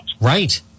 Right